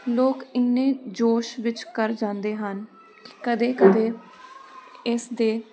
ਲੋਕ ਇੰਨੇ ਜੋਸ਼ ਵਿੱਚ ਕਰ ਜਾਂਦੇ ਹਨ ਕਿ ਕਦੇ ਕਦੇ ਇਸ ਦੇ